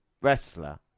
wrestler